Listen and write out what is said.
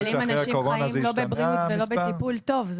אבל אם אנשים חיים לא בבריאות ולא בטיפול טוב,